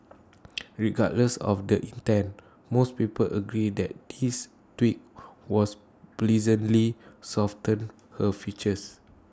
regardless of the intent most people agree that this tweak was pleasantly softened her features